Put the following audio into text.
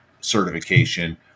certification